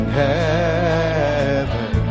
heaven